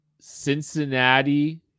Cincinnati